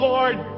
Lord